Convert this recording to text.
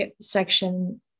section